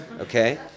Okay